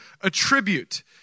attribute